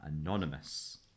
anonymous